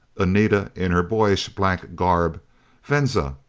anita, in her boyish black garb venza,